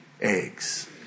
eggs